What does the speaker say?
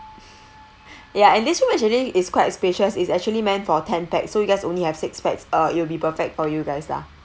ya and this room actually is quite spacious is actually meant for ten pax so you guys only have six pax uh it will be perfect for you guys lah